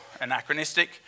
anachronistic